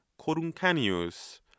coruncanius